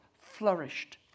flourished